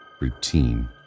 routine